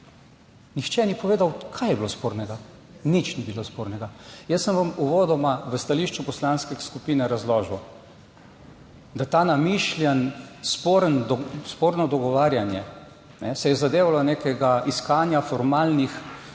nihče ni povedal. Kaj je bilo spornega, nič ni bilo spornega. Jaz sem vam uvodoma v stališču Poslanske skupine razložil, da ta namišljen, sporen, sporno dogovarjanje se je zadevalo nekega iskanja formalnih